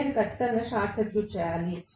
నేను ఖచ్చితంగా short circuit చేయాలి